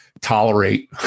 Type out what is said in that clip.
tolerate